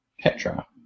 Petra